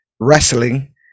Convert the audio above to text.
wrestling